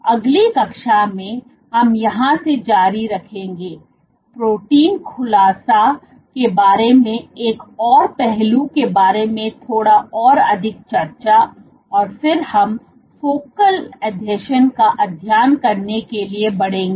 अगली कक्षा में हम यहां से जारी रखेंगेप्रोटीन खुलासा के बारे में एक और पहलू के बारे में थोड़ा और अधिक चर्चा और फिर हम फोकल आसंजन का अध्ययन करने के लिए बढ़ेंगे